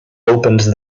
opened